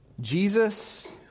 Jesus